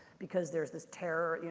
because there's this terror,